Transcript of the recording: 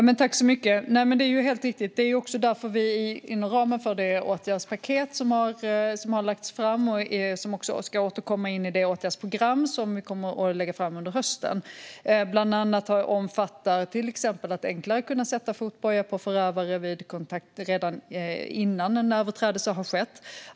Fru talman! Det är helt riktigt, och det är också därför det åtgärdspaket som har lagts fram, som också ska återkomma in i det åtgärdsprogram som vi kommer att lägga fram under hösten, bland annat omfattar att det ska bli enklare att kunna sätta fotboja på förövare redan innan en överträdelse har skett.